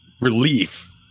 relief